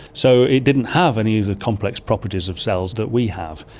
so it didn't have any of the complex properties of cells that we have.